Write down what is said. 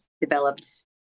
developed